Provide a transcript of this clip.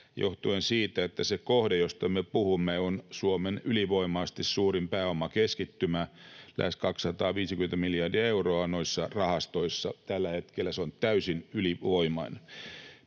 johtuen siitä, että se kohde, josta me puhumme, on Suomen ylivoimaisesti suurin pääomakeskittymä. Lähes 250 miljardia euroa on noissa rahastoissa tällä hetkellä — se on täysin ylivoimainen.